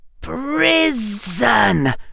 prison